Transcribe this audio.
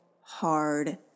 hard